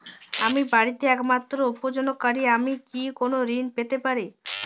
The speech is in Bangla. আমি বাড়িতে একমাত্র উপার্জনকারী আমি কি কোনো ঋণ পেতে পারি?